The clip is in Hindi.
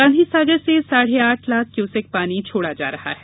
गांधी सागर से साढे आठ लाख क्यूसेक पानी छोड़ा जा रहा है